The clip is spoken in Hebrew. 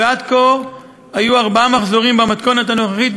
ועד כה היו ארבעה מחזורים במתכונת הנוכחית,